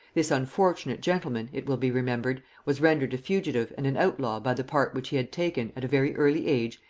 this unfortunate gentleman, it will be remembered, was rendered a fugitive and an outlaw by the part which he had taken, at a very early age,